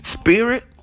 Spirit